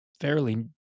fairly